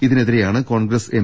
ഇതിനെതിരെയാണ് Congress M